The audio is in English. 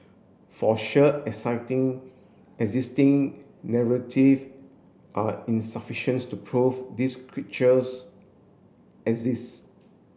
for sure exciting existing narrative are insufficience to prove this creatures exist